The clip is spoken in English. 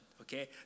okay